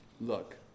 look